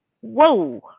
Whoa